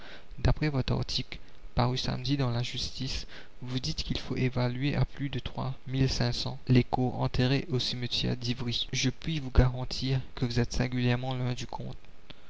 d'après votre article paru samedi dans la justice vous dites qu'il faut évaluer à plus de trois mille cinq cents les corps enterrés au cimetière d'ivry je puis vous garantir que vous êtes singulièrement loin du compte